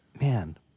man